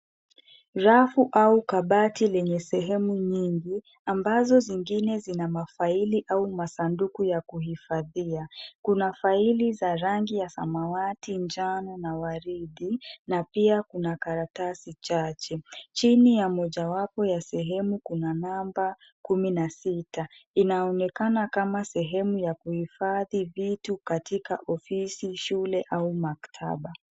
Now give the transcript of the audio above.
Rafu au kabati lenye sehemu nyingi ambazo zingine zina mafaili ama masanduku ya kuhifadhia. Kuna faili za rangi ya samawati, njano na waridi na pia kuna karatasi chache. Chini ya mojawapo ya sehemu kuna namba kumi na sita inaonekana kama sehemu ya kuhifadhi vitu katika ofisi, shule au maktaba.